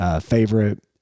favorite